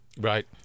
Right